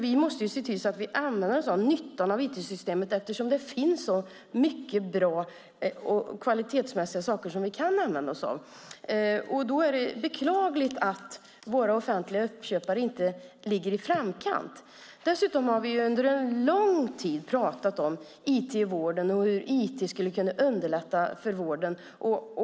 Vi måste ju se till att vi drar nytta av IT-systemen eftersom det finns så mycket bra och kvalitetsmässiga saker att använda oss av. Då är det beklagligt att våra offentliga uppköpare inte ligger i framkant. Dessutom har vi under en lång tid talat om IT i vården och om hur IT skulle kunna underlätta för vården.